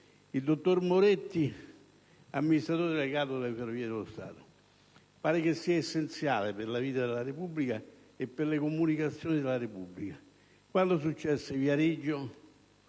il dottor Moretti, amministratore delegato delle Ferrovie dello Stato. Pare sia essenziale per la vita della Repubblica e per le comunicazioni del nostro Paese. Quando vi fu